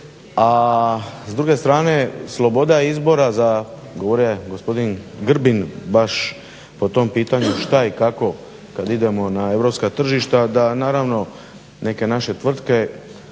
a s druge strane sloboda izbora za, govorio je gospodin Grbin baš po tom pitanju šta i kako kada idemo na europska tržišta da naravno neke naše tvrtke